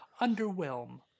underwhelm